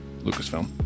Lucasfilm